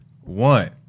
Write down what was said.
One